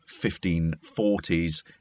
1540s